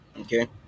Okay